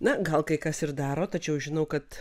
na gal kai kas ir daro tačiau žinau kad